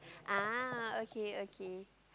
ah okay okay